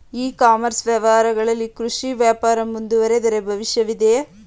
E commerce ವ್ಯವಹಾರಗಳಲ್ಲಿ ಕೃಷಿ ವ್ಯಾಪಾರ ಮುಂದುವರಿದರೆ ಭವಿಷ್ಯವಿದೆಯೇ?